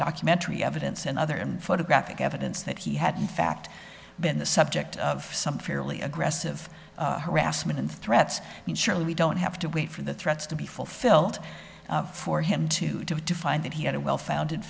documentary evidence and other photographic evidence that he had in fact been the subject of some fairly aggressive harassment and threats and surely we don't have to wait for the threats to be fulfilled for him to have defined that he had a well founded